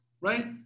right